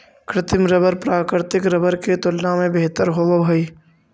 कृत्रिम रबर प्राकृतिक रबर के तुलना में बेहतर होवऽ हई